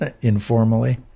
informally